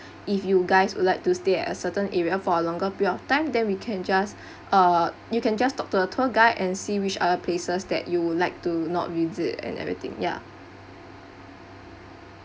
if you guys would like to stay at a certain area for a longer period of time then we can just uh you can just talk to the tour guide and see which other places that you would like to not visit and everything ya